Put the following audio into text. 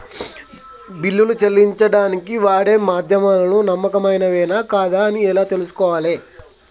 బిల్లులు చెల్లించడానికి వాడే మాధ్యమాలు నమ్మకమైనవేనా కాదా అని ఎలా తెలుసుకోవాలే?